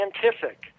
scientific